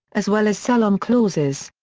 as well as sell-on clauses.